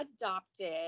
adopted